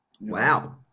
Wow